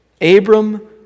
Abram